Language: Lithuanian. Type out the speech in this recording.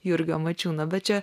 jurgio mačiūno bet čia